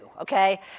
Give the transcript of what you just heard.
okay